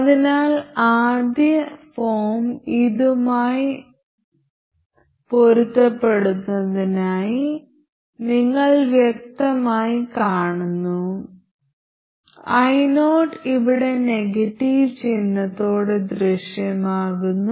അതിനാൽ ആദ്യ ഫോം ഇതുമായി പൊരുത്തപ്പെടുന്നതായി നിങ്ങൾ വ്യക്തമായി കാണുന്നു io ഇവിടെ നെഗറ്റീവ് ചിഹ്നത്തോടെ ദൃശ്യമാകുന്നു